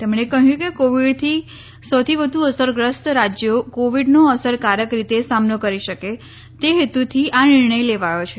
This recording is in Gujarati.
તેમણે કહ્યું કે કોવિડથી સૌથી વધુ અસરગ્રસ્ત રાજ્યો કોવિડનો અસરકારક રીતે સામનો કરી શકે તે હેતુથી આ નિર્ણય લેવાયો છે